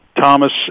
Thomas